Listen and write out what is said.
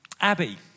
Abby